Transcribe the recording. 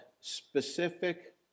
specific